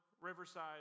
Riverside